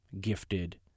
gifted